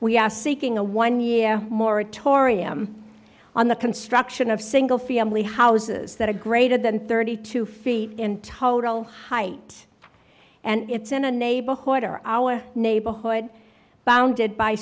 we are seeking a one year moratorium on the construction of single family houses that are greater than thirty two feet in total height and it's in a neighborhood or our neighborhood bounded by